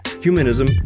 humanism